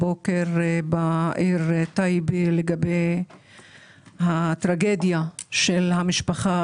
הבוקר בעיר טייבה לגבי הטרגדיה של המשפחה